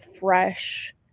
fresh